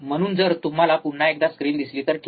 म्हणून जर तुम्हाला पुन्हा एकदा स्क्रीन दिसली तर ठिक